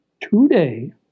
today